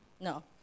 No